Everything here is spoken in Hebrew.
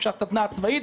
איפה שהסדנה הצבאית,